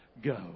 Go